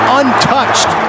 untouched